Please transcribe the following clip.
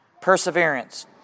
Perseverance